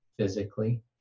physically